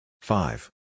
Five